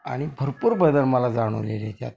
आणि भरपूर बदल मला जाणवलेले आहेत यात